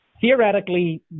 theoretically